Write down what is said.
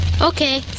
Okay